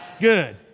Good